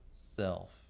self